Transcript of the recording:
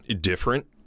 different